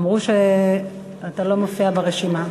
אמרו שאתה לא מופיע ברשימה.